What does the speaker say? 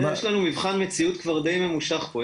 יש לנו מבחן מציאות כבר דיי ממושך פה.